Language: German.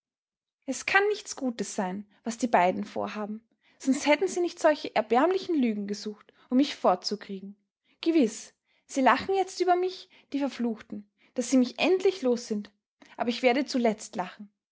es kann nichts gutes sein was die beiden vorhaben sonst hätten sie nicht solche erbärmliche lügen gesucht um mich fortzukriegen gewiß sie lachen jetzt über mich die verfluchten daß sich mich endlich los sind aber ich werde zuletzt lachen